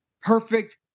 perfect